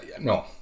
no